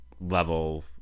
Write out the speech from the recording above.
level